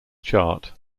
chart